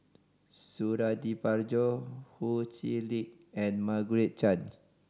Suradi Parjo Ho Chee Lick and Margaret Chan